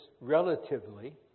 relatively